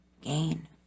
gain